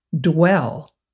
dwell